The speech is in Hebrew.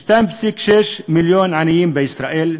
יש 2.6 מיליון עניים בישראל.